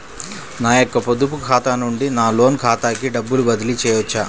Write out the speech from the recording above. నా యొక్క పొదుపు ఖాతా నుండి నా లోన్ ఖాతాకి డబ్బులు బదిలీ చేయవచ్చా?